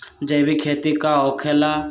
जैविक खेती का होखे ला?